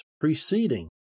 preceding